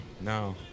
no